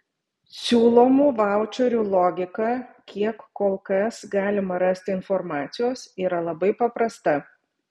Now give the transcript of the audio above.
siūlomų vaučerių logika kiek kol kas galima rasti informacijos yra labai paprasta